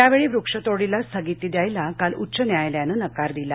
त्यावेळी वृक्षतोडीला स्थगिती द्यायला काल उच्च न्यायालयानं नकार दिला